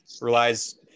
relies